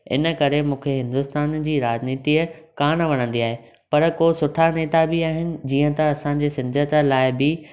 इन करे मूंखे हिन्दुस्तान जी राजनीतिअ कान वणन्दी आहे पर को सुठा नेता बि आहिनि जीअं त असांजे सिन्धियत लाइ बि